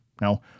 Now